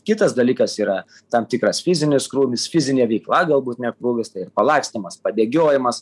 kitas dalykas yra tam tikras fizinis krūvis fizinė veikla galbūt net krūvis tai ir palakstymas pabėgiojimas